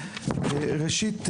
ראשית,